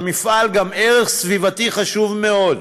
למפעל יש גם ערך סביבתי חשוב מאוד,